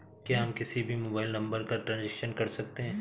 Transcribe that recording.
क्या हम किसी भी मोबाइल नंबर का ट्रांजेक्शन कर सकते हैं?